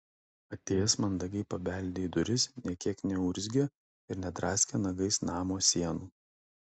atėjęs mandagiai pabeldė į duris nė kiek neurzgė ir nedraskė nagais namo sienų